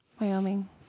Wyoming